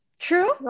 true